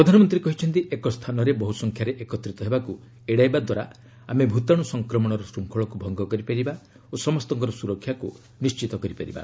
ପ୍ରଧାନମନ୍ତ୍ରୀ କହିଛନ୍ତି ଏକ ସ୍ଥାନରେ ବହୁ ସଂଖ୍ୟାରେ ଏକତ୍ରିତ ହେବାକୁ ଏଡାଇବା ଦ୍ୱାରା ଆମେ ଭୂତାଣୁ ସଂକ୍ରମଣର ଶୃଙ୍ଖଳକୁ ଭଙ୍ଗ କରିପାରିବା ଓ ସମସ୍ତଙ୍କର ସୁରକ୍ଷାକୁ ନିଶ୍ଚିତ କରିପାରିବା